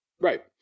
Right